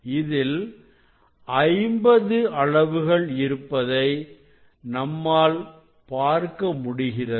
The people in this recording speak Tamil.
இதில் 50 அளவுகள் இருப்பதை நம்மால் பார்க்க முடிகிறது